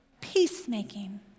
peacemaking